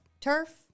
turf